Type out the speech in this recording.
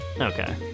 Okay